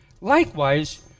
Likewise